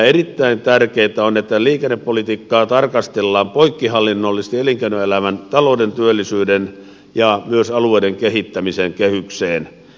erittäin tärkeätä on että liikennepolitiikkaa tarkastellaan poikkihallinnollisesti elinkeinoelämän talouden työllisyyden ja myös alueiden kehittämisen kehyksessä